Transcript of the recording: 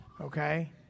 okay